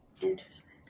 Interesting